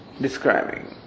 describing